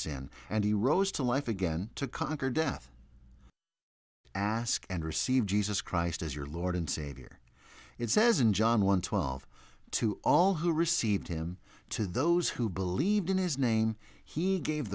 sin and he rose to life again to conquer death ask and receive jesus christ as your lord and savior it says in john one twelve to all who received him to those who believed in his name he gave